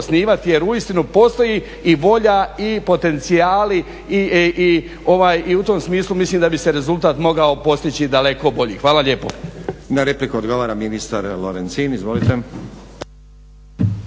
jer uistinu postoji i volja i potencijali i u tom smislu mislim da bi se rezultat mogao postići daleko bolji. Hvala lijepo. **Stazić, Nenad (SDP)** Na repliku ogovara ministar Lorencin. Izvolite.